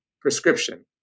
prescription